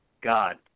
God